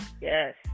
Yes